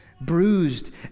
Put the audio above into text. bruised